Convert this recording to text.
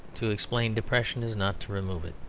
to explain depression is not to remove it.